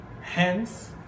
Hence